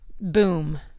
boom